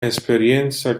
esperienza